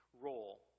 role